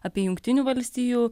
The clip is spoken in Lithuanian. apie jungtinių valstijų